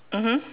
mmhmm